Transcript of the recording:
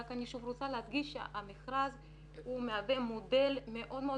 רק אני שוב רוצה להדגיש שהמכרז הוא מהווה מודל מאוד מאוד